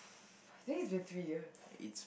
this a three years